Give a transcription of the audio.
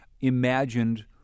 imagined